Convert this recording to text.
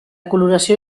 coloració